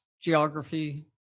geography